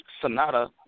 Sonata